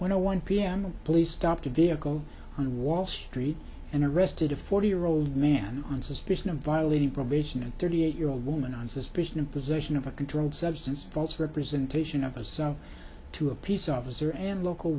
zero one pm police stopped a vehicle on wall street and arrested a forty year old man on suspicion of violating probation and thirty eight year old woman on suspicion of possession of a controlled substance false representation of a so to a peace officer and local